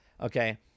Okay